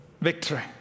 victory